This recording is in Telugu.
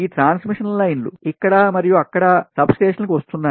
ఈ ట్రాన్స్మిషన్ transmission లైన్లు ఇక్కడ మరియు అక్కడ ఉప స్టేషన్లకు వస్తున్నాయి